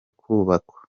kubakwa